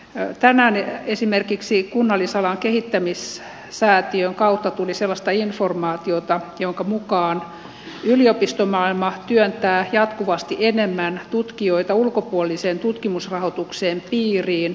tänään esimerkiksi kunnallisalan kehittämissäätiön kautta tuli sellaista informaatiota jonka mukaan yliopistomaailma työntää jatkuvasti enemmän tutkijoita ulkopuolisen tutkimusrahoituksen piiriin